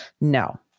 no